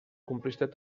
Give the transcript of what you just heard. complicitat